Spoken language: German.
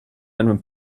einem